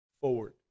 forward